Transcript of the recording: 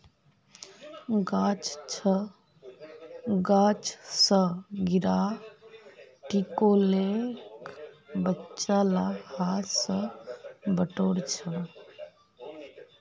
गाछ स गिरा टिकोलेक बच्चा ला हाथ स बटोर छ